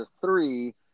three